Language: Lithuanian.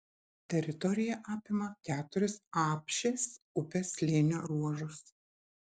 teritorija apima keturis apšės upės slėnio ruožus